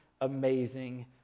amazing